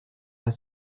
that